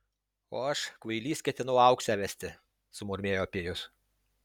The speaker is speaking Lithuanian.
o aš kvailys ketinau auksę vesti sumurmėjo pijus